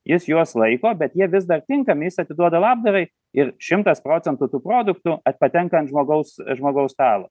jis juos laiko bet jie vis dar tinkami jis atiduoda labdarai ir šimtas procentų tų produktų patenka ant žmogaus žmogaus stalo